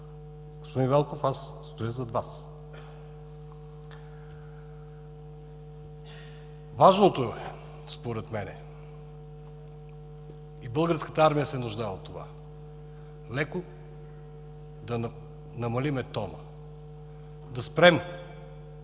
Господин Велков, аз стоя зад Вас. Важното е според мен и Българската армия се нуждае от това – леко да намалим тона, да спрем